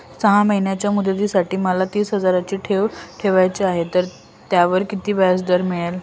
सहा महिन्यांच्या मुदतीसाठी मला तीस हजाराची ठेव ठेवायची आहे, तर त्यावर किती व्याजदर मिळेल?